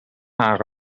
haar